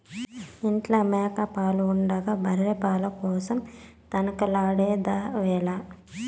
ఇంట్ల మేక పాలు ఉండగా బర్రె పాల కోసరం తనకలాడెదవేల